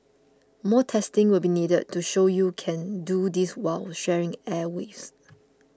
more testing will be needed to show you can do this while sharing airwaves